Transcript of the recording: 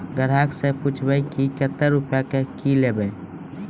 ग्राहक से पूछब की कतो रुपिया किकलेब?